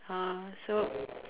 ah so